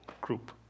group